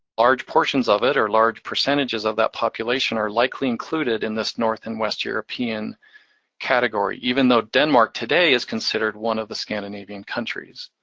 large portions of it, or large percentages of that population are likely included in this north and west european category, even though denmark today is considered one of the scandinavian countries.